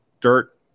dirt